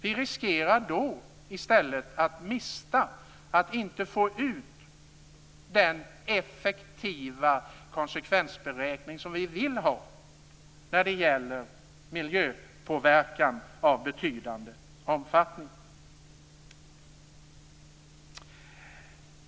Då riskerar vi att inte få den effektiva miljökonsekvensbeskrivning som vi vill ha när det gäller miljöpåverkan av betydande omfattning.